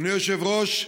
אדוני היושב-ראש,